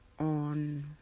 on